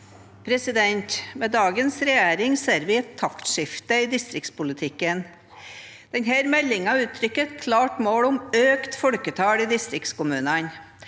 for saken): Med dagens regjering ser vi et taktskifte i distriktspolitikken. Denne meldingen uttrykker et klart mål om økt folketall i distriktskommunene.